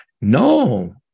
No